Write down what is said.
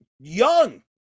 young